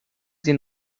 sie